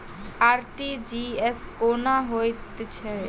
RTGS कोना होइत छै?